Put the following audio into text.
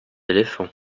éléphant